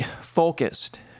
focused